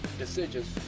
decisions